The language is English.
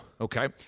Okay